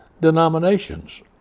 denominations